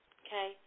okay